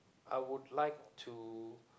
I would like to